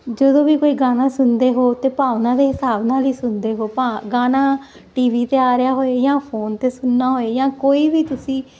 ਜਦੋਂ ਵੀ ਕੋਈ ਗਾਣਾ ਸੁਣਦੇ ਹੋ ਤੇ ਭਾਵਨਾ ਦੇ ਹਿਸਾਬ ਨਾਲ ਹੀ ਸੁਣਦੇ ਹੋ ਗਾਣਾ ਟੀ ਵੀ ਤੇ ਆ ਰਿਹਾ ਹੋਏ ਜਾਂ ਫੋਨ ਤੇ ਸੁਣਨਾ ਹੋਏ ਜਾਂ ਕੋਈ ਵੀ ਤੁਸੀਂ